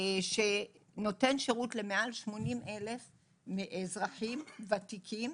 שנותן שירות למעל 80,000 אזרחים ותיקים,